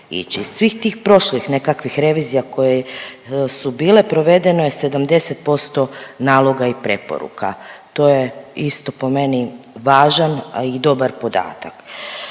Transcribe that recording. ići. Svih tih prošlih nekakvih revizija koje su bile provedeno je 70% naloga i preporuka. To je isto po meni važan, a i dobar podatak.